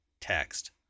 text